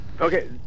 Okay